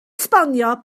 esbonio